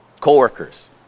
co-workers